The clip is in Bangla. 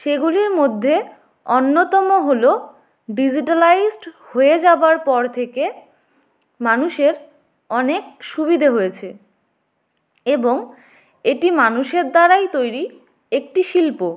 সেগুলির মধ্যে অন্যতম হলো ডিজিটালাইসড হয়ে যাবার পর থেকে মানুষের অনেক সুবিধা হয়েছে এবং এটি মানুষের দ্বারাই তৈরি একটি শিল্প